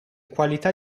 qualità